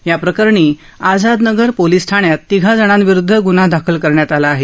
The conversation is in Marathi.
याप्रकरणी आझादनगर पोलीस ठाण्यात तिघा जणांविरुध्द ग्र्न्हा दाखल करण्यात आला आहे